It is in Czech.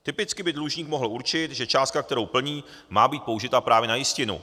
Typicky by dlužník mohl určit, že částka, kterou plní, má být použita právě na jistinu.